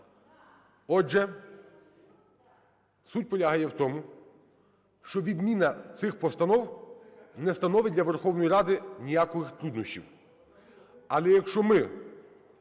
Отже, суть полягає в тому, що відміна цих постанов не становить для Верховної Ради ніяких труднощів,